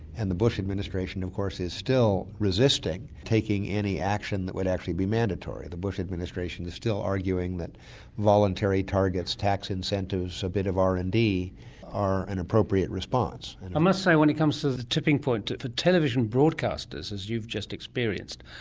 and the bush administration of course is still resisting taking any action that would actually be mandatory. the bush administration is still arguing that voluntary targets, tax incentives, a bit of r and d are an appropriate response. i must say, when it comes to the tipping point, for television broadcasters, as you've just experienced,